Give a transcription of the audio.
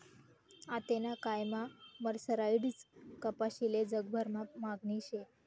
आतेना कायमा मर्सराईज्ड कपाशीले जगभरमा मागणी शे